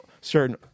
certain